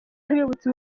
abibutsa